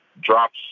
drops